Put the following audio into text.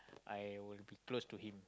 I will be close to him